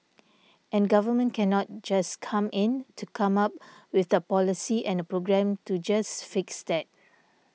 and government cannot just come in to come up with a policy and a program to just fix that